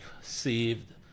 saved